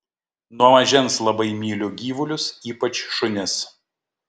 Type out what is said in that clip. nuo mažens labai myliu gyvulius ypač šunis